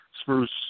Spruce